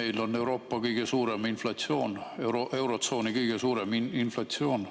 Meil on Euroopa kõige suurem inflatsioon, eurotsooni kõige suurem inflatsioon.